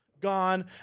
gone